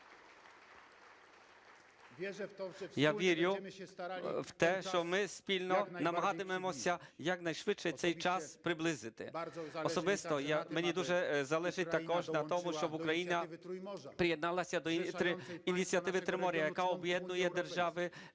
Я вірю в те, що ми спільно намагатимемося якнайшвидше цей час приблизити. Особисто мені дуже залежить також на тому, щоб Україна приєдналася до ініціативи Тримор'я, яка об'єднує держави